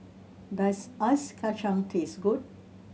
does Ice Kachang taste good